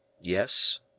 Yes